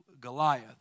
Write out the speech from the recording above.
Goliath